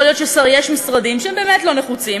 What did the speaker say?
יכול להיות שיש משרדים שהם באמת לא נחוצים